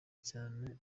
cyane